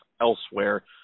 elsewhere